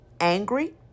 angry